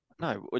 No